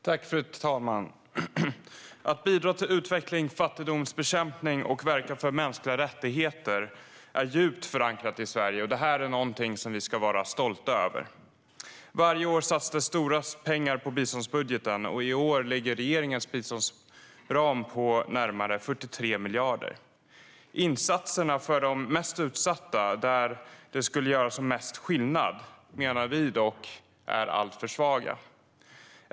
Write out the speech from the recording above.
Fru talman! Att bidra till utveckling och fattigdomsbekämpning och att verka för mänskliga rättigheter är djupt förankrat i Sverige. Det är något vi ska vara stolta över. Varje år satsas stora pengar på biståndsbudgeten, och i år ligger regeringens biståndsram på närmare 43 miljarder. Insatserna för de mest utsatta där de skulle göra som mest skillnad menar vi dock är alltför svaga.